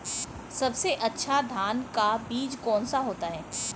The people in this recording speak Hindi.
सबसे अच्छा धान का बीज कौन सा होता है?